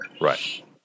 right